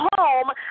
home